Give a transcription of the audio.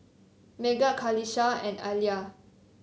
Megat Qalisha and Alya